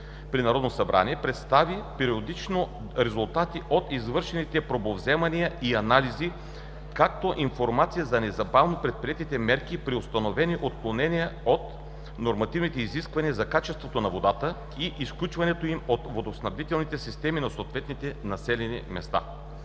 при Народното събрание, представи периодично резултати от извършените пробовземания и анализи, както и информация за незабавно предприетите мерки при установени отклонения от нормативните изисквания за качеството на водата и изключването им от водоснабдителните системи на съответните населени места.